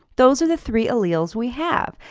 those are the three alleles we have.